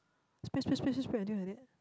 spread spread spread spread until like that